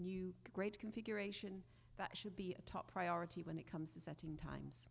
new great configuration that should be a top priority when it comes to setting times